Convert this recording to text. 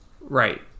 right